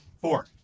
Four